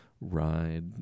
ride